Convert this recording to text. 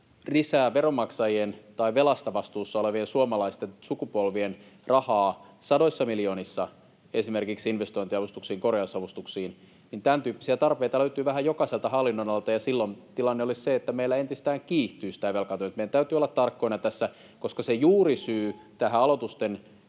lisää veronmaksajien tai velasta vastuussa olevien suomalaisten sukupolvien rahaa sadoissa miljoonissa esimerkiksi investointiavustuksiin, korjausavustuksiin: tämän tyyppisiä tarpeita löytyy vähän jokaiselta hallinnonalalta, ja silloin tilanne olisi se, että meillä tämä velkaantuminen entisestään kiihtyisi. Meidän täytyy olla tarkkoina tässä, koska se juurisyy tähän aloitusten